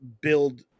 build